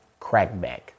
Crackback